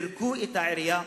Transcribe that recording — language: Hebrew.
פירקו את העירייה